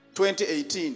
2018